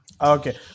Okay